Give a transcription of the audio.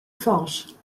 forges